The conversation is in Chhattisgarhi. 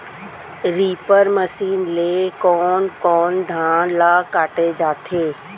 रीपर मशीन ले कोन कोन धान ल काटे जाथे?